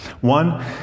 One